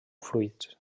fruits